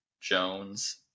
Jones